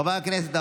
חברי הכנסת,